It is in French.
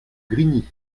grigny